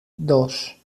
dos